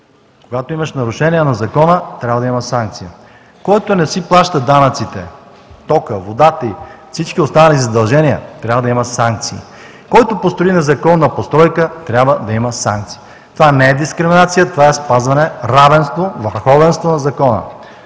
Когато имаш нарушение на закона, трябва да има санкция. Който не си плаща данъците, тока, водата и всички останали задължения, трябва да има санкции. Който построи незаконна постройка, трябва да има санкции. Това не е дискриминация, това е спазване – равенство, върховенство на закона.